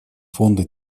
фонда